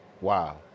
Wow